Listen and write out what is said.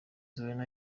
zuena